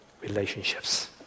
Relationships